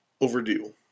overdue